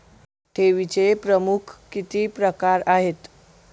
ठेवीचे प्रमुख किती प्रकार आहेत?